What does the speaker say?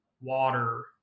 water